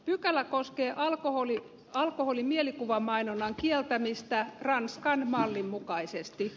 pykälä koskee alkoholin mielikuvamainonnan kieltämistä ranskan mallin mukaisesti